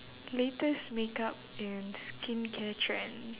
latest makeup and skincare trend